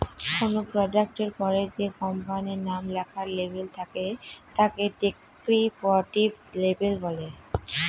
কোনো প্রোডাক্টের ওপরে যে কোম্পানির নাম লেখার লেবেল থাকে তাকে ডেস্ক্রিপটিভ লেবেল বলে